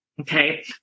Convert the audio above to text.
Okay